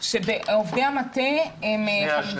פיקוח וביניהם יש כ-135-130 פקחים והיתרה היא